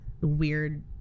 weird